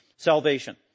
salvation